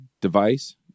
device